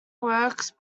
works